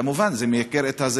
וכמובן זה מייקר את זה.